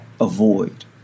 avoid